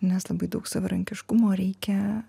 nes labai daug savarankiškumo reikia